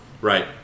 Right